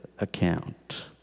account